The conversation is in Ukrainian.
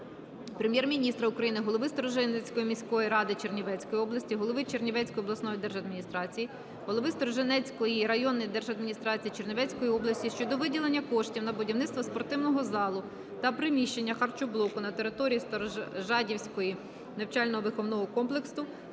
Прем'єр-міністра України, голови Сторожинецької міської ради Чернівецької області, голови Чернівецької обласної держадміністрації, голови Сторожинецької районної держадміністрації Чернівецької області щодо виділення коштів на будівництво спортивного залу та приміщення харчоблоку на території Старожадівського навчально-виховного комплексу